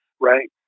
Right